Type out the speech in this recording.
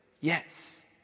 Yes